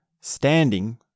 standing